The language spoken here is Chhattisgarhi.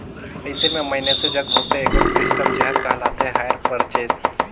अइसे में मइनसे जग होथे एगोट सिस्टम जेहर कहलाथे हायर परचेस